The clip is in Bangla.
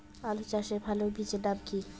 আলু চাষের ভালো বীজের নাম কি?